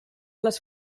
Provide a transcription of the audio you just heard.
les